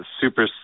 super